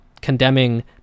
condemning